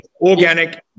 organic